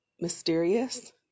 mysterious